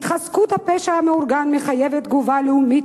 התחזקות הפשע המאורגן מחייבת תגובה לאומית